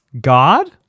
God